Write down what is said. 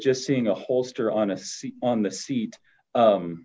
just seeing a holster on a seat on the seat